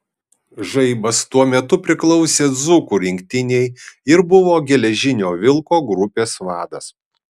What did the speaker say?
žaibas tuo metu priklausė dzūkų rinktinei ir buvo geležinio vilko grupės vadas